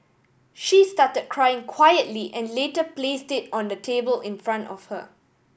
she started crying quietly and later placed it on the table in front of her